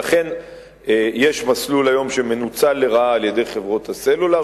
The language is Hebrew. לכן יש היום מסלול שמנוצל לרעה על-ידי חברות הסלולר,